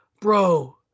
bro